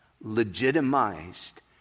legitimized